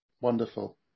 Wonderful